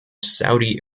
saudi